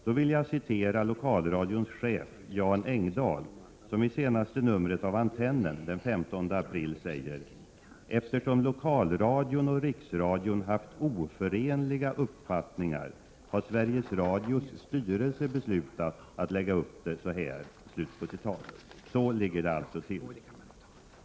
Då vill jag citera lokalradions chef Jan Engdahl, som i senaste numret av Antennen den 15 april säger: ”Eftersom Lokalradion och Riksradion haft oförenliga uppfattningar har Sveriges Radios styrelse beslutat att lägga upp det så här.” Så ligger det till.